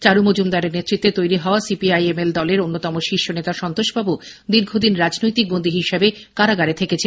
চারু মজুমদারের নেতৃত্বে তৈরি হওয়া সিপিআই এমএল দলের অন্যতম শীর্ষ নেতা সন্তোষবাবু দীর্ঘদিন রাজনৈতিক বন্দি হিসাবে কারাগারে থেকেছেন